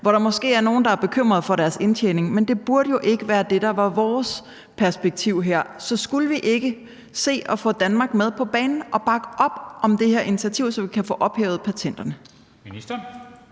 hvor der måske er nogle, der er bekymret for deres indtjening. Men det burde jo ikke være det, der var vores perspektiv her. Så skulle vi ikke se at få Danmark med på banen og bakke op om det her initiativ, så vi kan få ophævet patenterne?